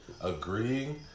agreeing